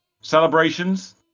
celebrations